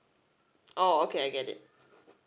oh okay I get it